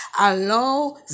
Allow